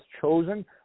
chosen